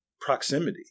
proximity